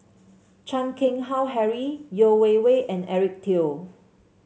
Chan Keng Howe Harry Yeo Wei Wei and Eric Teo